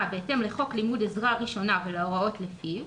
בהתאם לחוק לימוד עזרה ראשונה ולהוראות לפיו,